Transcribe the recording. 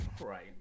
right